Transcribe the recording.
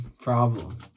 problem